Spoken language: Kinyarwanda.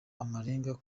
amarenga